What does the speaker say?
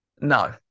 no